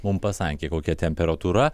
mum pasakė kokia temperatūra